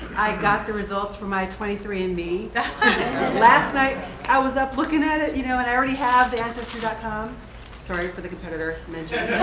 i got the results from my twenty three and andme last night i was up looking at it, you know, and i already have the ancestry dot com sorry for the competitor mentioning.